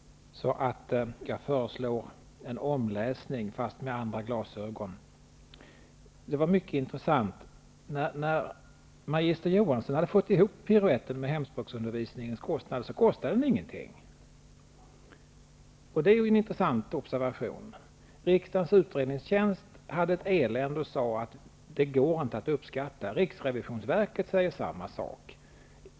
Jag föreslår en omläsning, fast med andra glasögon. Vidare var det intressant att när magister Johansson hade fått ihop piruetten angående kostnaden för hemspråksundervisningen, kostade den inte någonting. Det är en intressant observation. Riksdagens utredningstjänst har meddelat att kostnaden inte går att uppskatta. Riksrevisionsverket säger samma sak.